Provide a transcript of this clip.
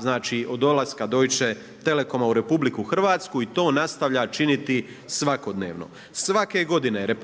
znači od dolaska Deutsche telekoma u RH i to nastavlja činiti svakodnevno. Svake godine RH,